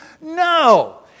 No